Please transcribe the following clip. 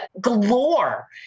galore